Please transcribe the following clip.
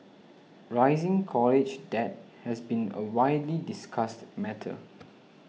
rising college debt has been a widely discussed matter